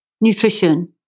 nutrition